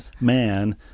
man